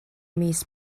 mis